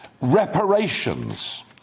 reparations